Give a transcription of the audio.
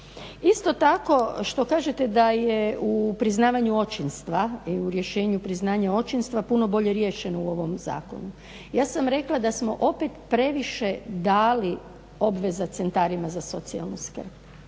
Isto tako, što kažete da je u priznavanju očinstva i u rješenju priznanja očinstva puno bolje riješeno u ovom zakonu. Ja sam vam rekla da smo opet previše dali obveza centrima za socijalnu skrb.